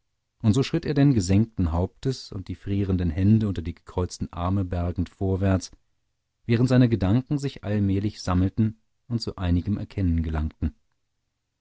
und so schritt er denn gesenkten hauptes und die frierenden hände unter die gekreuzten arme bergend vorwärts während seine gedanken sich allmählich sammelten und zu einigem erkennen gelangten